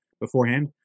beforehand